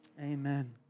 Amen